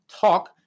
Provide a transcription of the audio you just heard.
talk